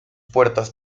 puertas